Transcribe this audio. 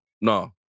no